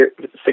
six